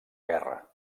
guerra